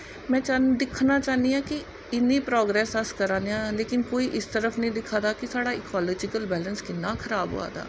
में दिक्खना चाह्न्नी आं कि इन्नी प्राग्रैस अस करा ने आं लेकिन कोई इस तरफ नेईं दिक्खा दा कि साढ़ा इकोलॉजिकल बैलैंस किन्ना खराब होआ दा